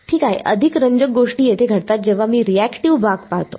ठीक आहे अधिक रंजक गोष्टी येथे घडतात जेव्हा मी रिएक्टिव भाग पाहतो